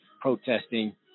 protesting